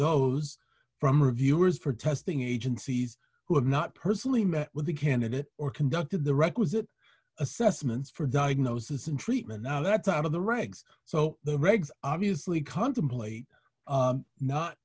those from reviewers for testing agencies who have not personally met with the candidate or conducted the requisite assessments for diagnosis and treatment now that's out of the regs so the regs obviously contemplate